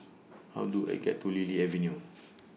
How Do I get to Lily Avenue